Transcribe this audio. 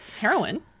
heroin